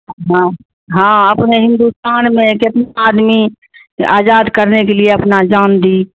ہاں ہاں اپنے ہندوستان میں کتنے آدمی آزاد کرنے کے لیے اپنا جان دی